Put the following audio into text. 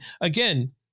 again